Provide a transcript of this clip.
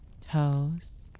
toes